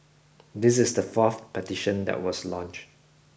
this is the fourth petition that was launch